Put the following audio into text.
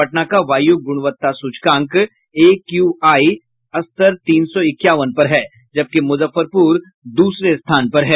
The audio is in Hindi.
पटना का वायू गुणवत्ता सूचकांक एक्यूआई स्तर तीन सौ इक्यावन पर है जबकि मुजफ्फरपुर दूसरे स्थान पर है